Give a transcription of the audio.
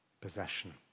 possession